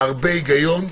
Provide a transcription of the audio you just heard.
הרבה היגיון.